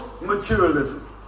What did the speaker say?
materialism